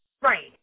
right